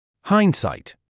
Hindsight